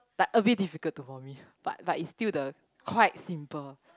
but a bit difficult to for me but but it's still the quite simple